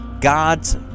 God's